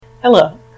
Hello